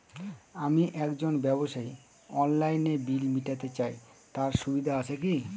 আমি একজন ব্যবসায়ী অনলাইনে বিল মিটাতে চাই তার সুবিধা আছে কি?